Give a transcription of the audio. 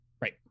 Right